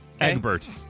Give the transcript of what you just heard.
Egbert